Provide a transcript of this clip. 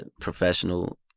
professional